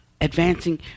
Advancing